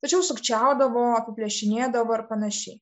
tačiau sukčiaudavo apiplėšinėdavo ir panašiai